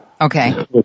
Okay